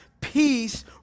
peace